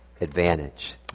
advantage